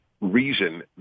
reason